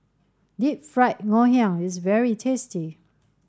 Deep Fried Ngoh Hiang is very tasty